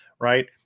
right